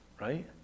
right